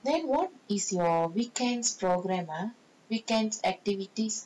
then what is your weekends programme ah weekends activities